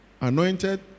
Anointed